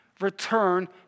return